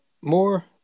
More